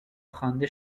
خوانده